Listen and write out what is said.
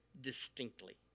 distinctly